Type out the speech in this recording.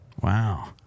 Wow